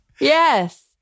Yes